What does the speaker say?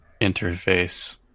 interface